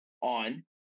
on